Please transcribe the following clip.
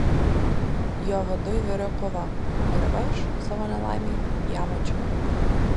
jo viduj virė kova ir aš savo nelaimei ją mačiau